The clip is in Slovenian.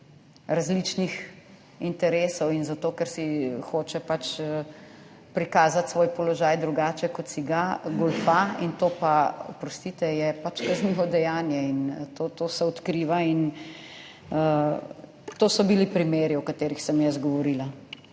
različnih interesov in zato, ker si hoče prikazati svoj položaj drugače kot si ga, goljufa in to pa, oprostite, je pač kaznivo dejanje in to se odkriva. In to so bili primeri o katerih sem jaz govorila.